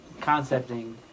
concepting